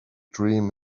dream